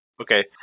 Okay